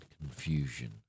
confusion